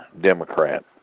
Democrat